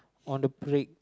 on the brick